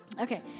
Okay